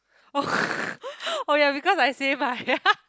oh ya because I say my